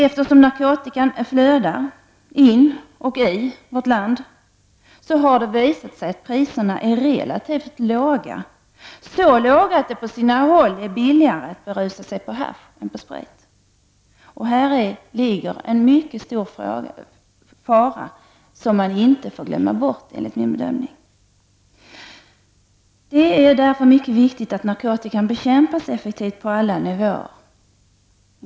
Eftersom narkotikan flödar in i vårt land, har priserna blivit relativt låga, så låga att det på sina håll är billigare att berusa sig med hasch än med sprit. Häri ligger det enligt min bedömning en mycket stor fara som man inte får glömma bort. ; Det är därför mycket viktigt att narkotikan bekämpas effektivt på alla nivåer.